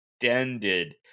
extended